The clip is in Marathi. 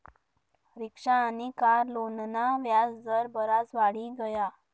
रिक्शा आनी कार लोनना व्याज दर बराज वाढी गया